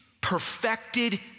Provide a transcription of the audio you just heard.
perfected